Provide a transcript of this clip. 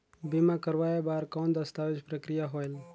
बीमा करवाय बार कौन दस्तावेज प्रक्रिया होएल?